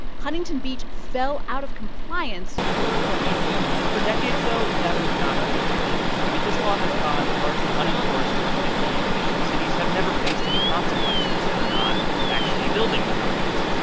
huntington beach fell out of compliance with that plan decades, though, that would not have been an issue. i mean, this law has gone largely unenforced for fifty years. cities have never faced any consequences for not actually building the houses.